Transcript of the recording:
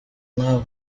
nkawe